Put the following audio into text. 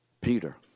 Peter